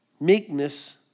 meekness